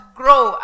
grow